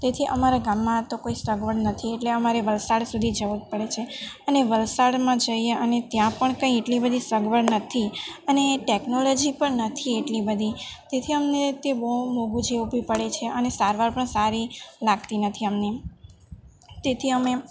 તેથી અમારા ગામમાં તો કોઈ સગવડ નથી એટલે અમારે વલસાડ સુધી જવું પડે છે અને વલસાડમાં જઈએ અને ત્યાં પણ કંઈ એટલી બધી સગવડ નથી અને એ ટેકનોલોજી પણ નથી એટલી બધી તેથી અમને તે બહુ મોંઘું જેવું બી પડે છે અને સારવાર પણ સારી લાગતી નથી અમને તેથી અમે